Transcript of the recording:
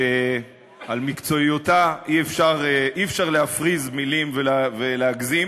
שעל מקצועיותה אי-אפשר להפריז במילים ולהגזים.